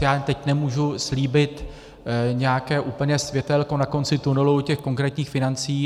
Já jen teď nemůžu slíbit nějaké úplně světélko na konci tunelu u těch konkrétních financí.